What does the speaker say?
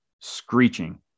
screeching